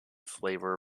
flavor